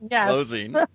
closing